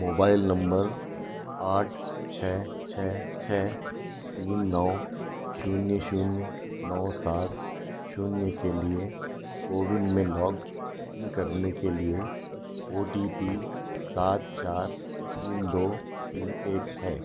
mobile number आठ छः छः छः तीन नौ शून्य शून्य नौ सात शून्य के लिए को विन में लॉग इन करने के लिए ओ टी पी सात चार तीन दो तीन एक है